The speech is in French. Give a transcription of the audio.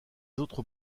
autres